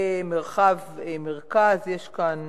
במרחב מרכז, יש כאן